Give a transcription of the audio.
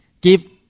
give